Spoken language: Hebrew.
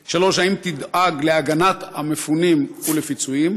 3. האם תדאג להגנת המפונים ולפיצויים?